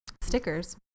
Stickers